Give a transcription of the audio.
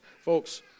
Folks